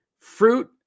fruit